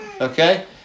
Okay